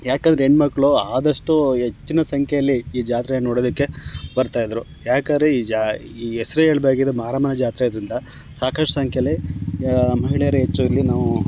ಯಾಕಂದ್ರೆ ಹೆಣ್ಣು ಮಕ್ಕಳು ಆದಷ್ಟೂ ಹೆಚ್ಚಿನ ಸಂಖ್ಯೆಯಲ್ಲಿ ಈ ಜಾತ್ರೇನ ನೋಡೋದಕ್ಕೆ ಬರ್ತಾಯಿದ್ರು ಯಾಕೆಂದ್ರೆ ಈ ಜಾ ಹೆಸ್ರೇ ಹೇಳ್ದಾಗೆ ಇದು ಮಾರಮ್ಮನ ಜಾತ್ರೆ ಆದ್ದರಿಂದ ಸಾಕಷ್ಟು ಸಂಖ್ಯೆಯಲ್ಲಿ ಮಹಿಳೆಯರೆ ಹೆಚ್ಚು ಇಲ್ಲಿ ನಾವೂ